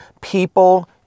people